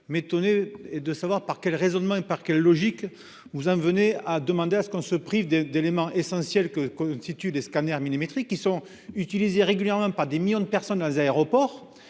m'étonner et de savoir par quel raisonnement et par quelle logique vous en venez à demander à ce qu'on se prive de d'éléments essentiels que constituent des scanners millimétrique, qui sont utilisés régulièrement par des millions de personnes dans les aéroports